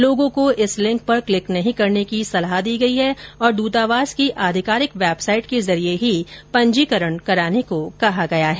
लोगों को इस लिंक पर क्लिक नहीं करने की सलाह दी गई है और दूतावास की आधिकारिक वेबसाइट के जरिये ही पंजीकरण कराने को कहा गया है